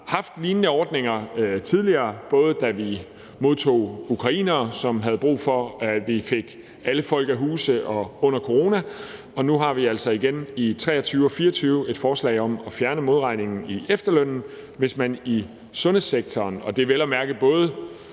Vi haft lignende ordninger tidligere, både da vi modtog ukrainere, som havde brug for, at vi fik alle folk af huse, og under corona. Og nu har vi altså igen i 2023 og 2024 et forslag om at fjerne modregningen i efterlønnen, hvis man er i sundhedssektoren – og det er vel at mærke både